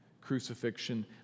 crucifixion